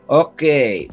okay